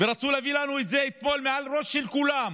ורצו להביא לנו את זה אתמול מעל הראש של כולם,